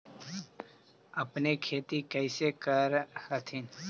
अपने खेती कैसे कर हखिन?